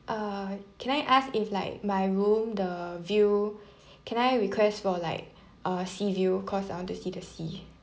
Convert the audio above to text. uh can I ask if like my room the view can I request for like uh sea view cause I want to see the sea